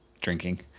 drinking